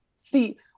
See